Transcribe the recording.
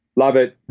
love it